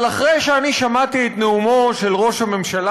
אבל אחרי שאני שמעתי את נאומו של ראש הממשלה,